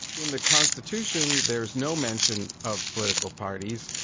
in the constitution there is no mention of political parties,